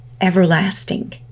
everlasting